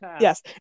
yes